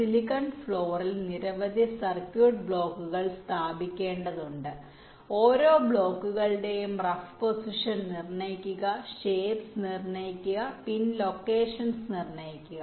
silicon ഫ്ലോറിൽ നിരവധി circuit ബ്ലോക്കുകൾ സ്ഥാപിക്കേണ്ടതുണ്ട് ഓരോ ബ്ലോക്കുകളുടെയും റഫ് പൊസിഷൻ നിർണ്ണയിക്കുക ഷേപ്പ്സ് നിർണ്ണയിക്കുക പിൻ ലൊക്കേഷൻസ് നിർണ്ണയിക്കുക